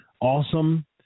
awesome